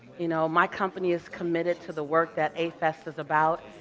you know, my company is committed to the work that a-fest is about.